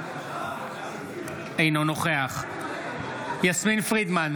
אינו נוכח יסמין פרידמן,